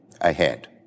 ahead